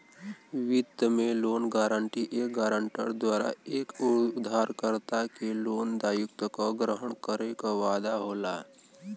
वित्त में loan guarantee एक गारंटर द्वारा एक उधारकर्ता के लोन दायित्व क ग्रहण करे क वादा होला